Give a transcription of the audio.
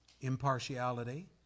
Impartiality